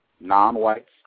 non-whites